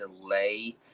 delay